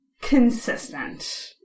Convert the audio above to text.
Consistent